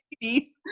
baby